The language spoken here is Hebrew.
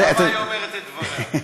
שם היא אומרת את דבריה.